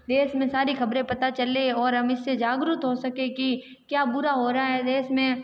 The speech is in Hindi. देश में सारी खबरें पता चलें और हम इससे जागृत हो सकें कि क्या बुरा हो रहा है देश में